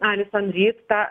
alison ryt tą